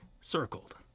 circled